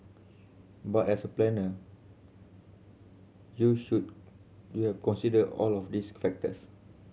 but as a planner you should you have consider all of these factors